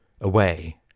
away